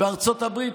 בארצות הברית,